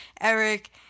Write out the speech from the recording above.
Eric